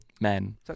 Men